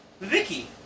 Vicky